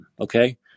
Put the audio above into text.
okay